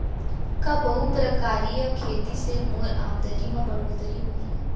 का बहुप्रकारिय खेती से मोर आमदनी म बढ़होत्तरी होही?